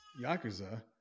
yakuza